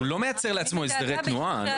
הוא לא מייצר לעצמו הסדרי תנועה.